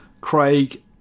Craig